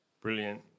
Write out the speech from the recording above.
Brilliant